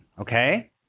okay